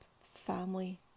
family